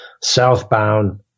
southbound